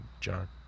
John